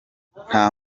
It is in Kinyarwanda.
nta